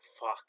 fuck